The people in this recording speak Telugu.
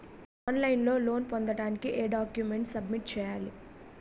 ఆన్ లైన్ లో లోన్ పొందటానికి ఎం డాక్యుమెంట్స్ సబ్మిట్ చేయాలి?